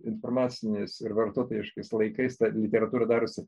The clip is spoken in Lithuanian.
informaciniais ir vartotojiškais laikais ta literatūra darosi